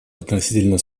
относительно